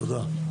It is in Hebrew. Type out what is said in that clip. תודה.